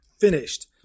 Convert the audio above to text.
finished